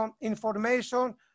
information